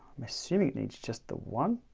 i'm assuming needs just the one.